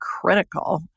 critical